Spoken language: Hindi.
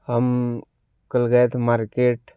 हम कल गए थे मार्केट